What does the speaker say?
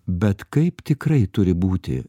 bet kaip tikrai turi būti